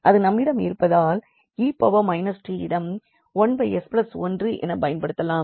அது நம்மிடம் இருப்பதால் 𝑒−𝑡 இடம் 1s1 என்று பயன்படுத்தலாம்